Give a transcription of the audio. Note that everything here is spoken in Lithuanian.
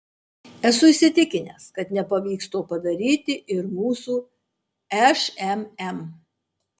esu įsitikinęs kad nepavyks to padaryti ir mūsų šmm